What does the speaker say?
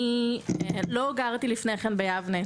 לפני שנה וחצי לא גרתי ביבנה,